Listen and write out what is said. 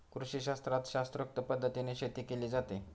कृषीशास्त्रात शास्त्रोक्त पद्धतीने शेती केली जाते